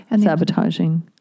sabotaging